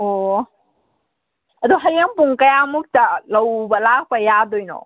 ꯑꯣ ꯑꯗꯨ ꯍꯌꯦꯡ ꯄꯨꯡ ꯀꯌꯥꯃꯨꯛꯇ ꯂꯧꯕ ꯂꯥꯛꯄ ꯌꯥꯗꯣꯏꯅꯣ